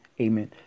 Amen